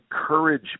encourage